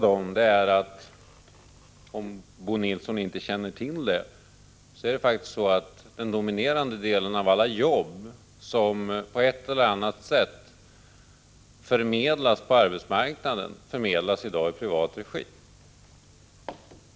För det första, Bo Nilsson, är det faktiskt så att den dominerande delen av alla jobb som på ett eller annat sätt förmedlas på arbetsmarknaden förmedlas i privat regi.